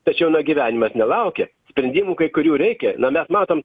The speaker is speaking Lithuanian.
tačiau na gyvenimas nelaukia sprendimų kai kurių reikia na mes matom